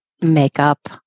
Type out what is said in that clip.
makeup